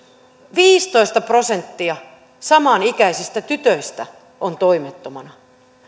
viisitoista prosenttia samanikäisistä tytöistä on toimettomana